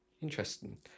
Interesting